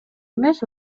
эмес